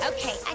Okay